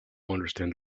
understand